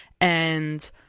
and-